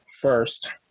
first